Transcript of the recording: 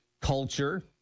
culture